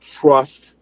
trust